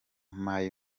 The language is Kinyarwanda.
mayi